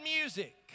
music